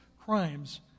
crimes